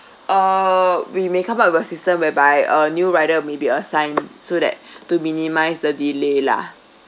uh we may come up with a system whereby a new rider may be assigned so that to minimise the delay lah